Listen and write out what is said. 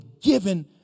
given